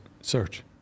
Search